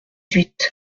huit